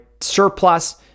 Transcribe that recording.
surplus